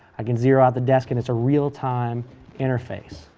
i can zero out the desk and it's a real time interface.